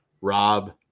Rob